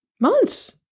months